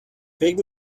فکر